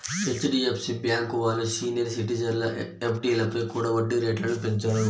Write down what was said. HDFC bank వాళ్ళు సీనియర్ సిటిజన్ల ఎఫ్డీలపై కూడా వడ్డీ రేట్లను పెంచారు